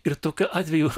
ir tokiu atveju